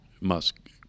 Musk